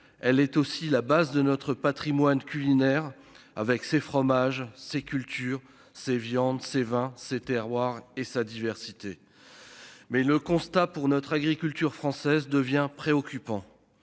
elle est aussi la base de notre patrimoine culinaire avec ses fromages, ses cultures, ces viandes, c'est 20 ces terroirs et sa diversité. Mais le constat pour notre agriculture française devient préoccupant.